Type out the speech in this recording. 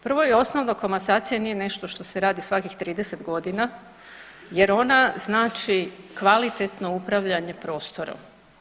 Prvo i osnovo komasacija nije nešto što se radi svakih 30 godina jer ona znači kvalitetno upravljanje prostorom.